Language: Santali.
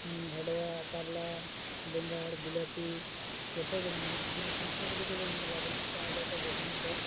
ᱵᱷᱮᱰᱣᱟ ᱠᱟᱨᱞᱟ ᱵᱮᱸᱜᱟᱲ ᱵᱤᱞᱟᱹᱛᱤ ᱡᱮᱛᱮᱜᱮ ᱧᱟᱢᱚᱜᱼᱟ ᱚᱱᱟ ᱥᱟᱶᱼᱥᱟᱶᱛᱮ ᱡᱩᱫᱤᱵᱚᱱ ᱧᱮᱞ ᱟᱵᱚᱱ ᱪᱟᱣᱞᱮᱠᱚ ᱜᱩᱦᱩᱢᱠᱚ